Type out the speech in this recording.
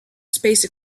space